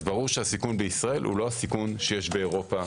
אז ברור שהסיכון בישראל הוא לא הסיכון שיש באירופה